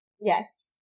Yes